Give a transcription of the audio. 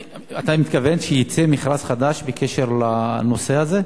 אתה מתכוון שיצא מכרז חדש בקשר לנושא הזה?